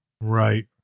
Right